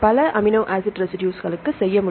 பல amino acid ரெசிடுஸ்களுக்கு செய்ய முடியும்